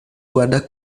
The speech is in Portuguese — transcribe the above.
guarda